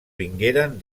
vingueren